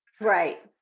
Right